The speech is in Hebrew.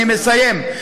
אני מסיים.